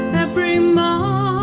every ah